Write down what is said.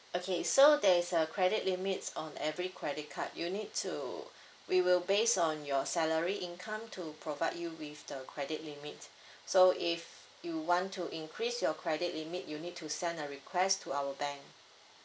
okay so there's a credit limits on every credit card you need to we will based on your salary income to provide you with the credit limit so if you want to increase your credit limit you'll need to send a request to our bank